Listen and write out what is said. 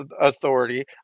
authority